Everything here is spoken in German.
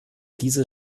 diese